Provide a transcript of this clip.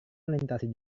melintasi